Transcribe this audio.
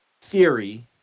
theory